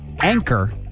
anchor